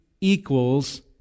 equals